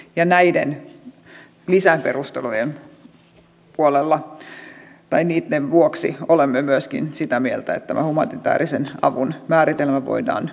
ja näiden lisäperustelujen vuoksi olemme myöskin sitä mieltä että tämä humanitäärisen avun määritelmä voidaan nyt poistaa